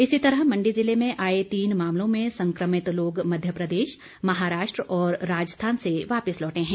इसी तरह मंडी जिले में आए तीन मामलों में संक्रमित लोग मध्यप्रदेश महाराष्ट्र और राजस्थान से वापिस लौटे हैं